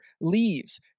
leaves